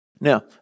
Now